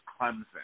Clemson